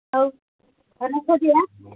ଆଉ ରଖୁଛି ଆଁ